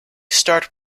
start